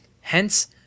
Hence